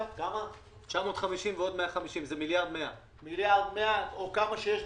900 מיליון שקלים,